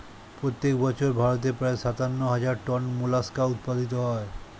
প্রত্যেক বছর ভারতে প্রায় সাতান্ন হাজার টন মোলাস্কা উৎপাদিত হয়